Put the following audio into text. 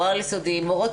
או העל יסודי מורות,